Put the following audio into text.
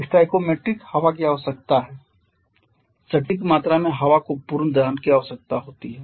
stoichiometric हवा की आवश्यकता है सटीक मात्रा में हवा को पूर्ण दहन की आवश्यकता होती है